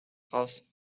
raus